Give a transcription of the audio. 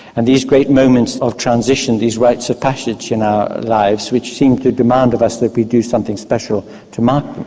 and these great moments of transition, these rites of passage in our lives which seem to demand of us that we do something special to mark them.